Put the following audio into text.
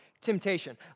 temptation